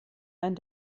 ein